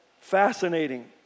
Fascinating